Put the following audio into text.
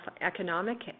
economic